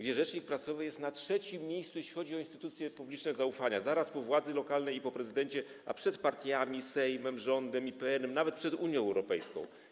Rzecznik prasowy jest na trzecim miejscu, jeśli chodzi o instytucje zaufania publicznego, zaraz po władzy lokalnej i po prezydencie, a przed partiami, Sejmem, rządem, IPN-em, nawet przed Unią Europejską.